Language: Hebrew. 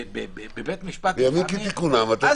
בימים כתיקונם אתה צודק.